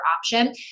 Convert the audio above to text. option